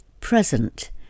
present